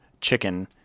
Chicken